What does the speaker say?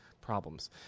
problems